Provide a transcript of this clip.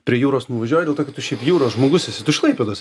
prie jūros nuvažiuoji dėl to kad tu šiaip jūros žmogus esi tu iš klaipėdos